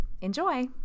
enjoy